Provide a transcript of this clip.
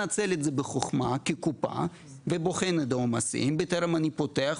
מנצל את זה בחוכמה ובוחן את העומסים בטרם אני פותח,